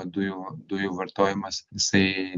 dujų dujų vartojimas jisai